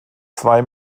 zwei